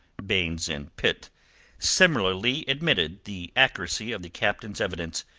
baynes and pitt similarly admitted the accuracy of the captain's evidence,